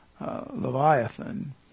Leviathan